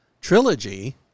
trilogy